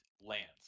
lands